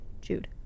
Jude